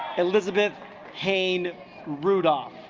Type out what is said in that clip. elizabeth kane rudolph